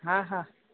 हा हा